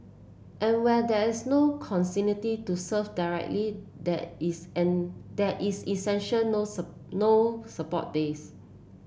and when there is no to serve directly there is an there is essential no no support base